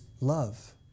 love